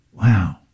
Wow